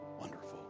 Wonderful